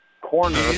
corner